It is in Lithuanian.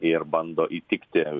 ir bando įtikti